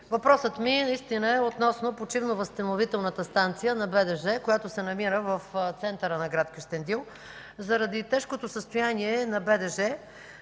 въпросът ми наистина е относно почивно-възстановителната база на БДЖ, която се намира в центъра на град Кюстендил. Заради тежкото състояние на БДЖ